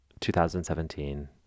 2017